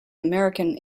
american